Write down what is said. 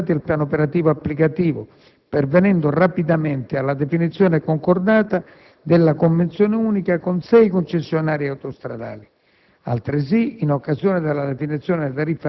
Delineato il quadro normativo, si è passati al piano operativo applicativo, pervenendo rapidamente alla definizione concordata della «convenzione unica» con sei concessionari autostradali.